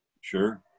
Sure